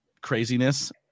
craziness